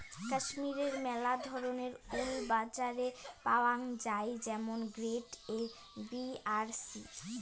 কাশ্মীরের মেলা ধরণের উল বাজারে পাওয়াঙ যাই যেমন গ্রেড এ, বি আর সি